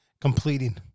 completing